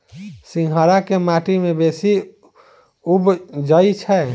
सिंघाड़ा केँ माटि मे बेसी उबजई छै?